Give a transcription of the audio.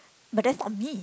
but that's not me